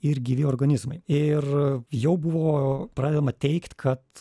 ir gyvi organizmai ir jau buvo pradedama teigt kad